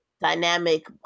dynamic